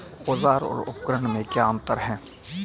औज़ार और उपकरण में क्या अंतर है?